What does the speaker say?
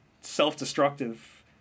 self-destructive